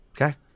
Okay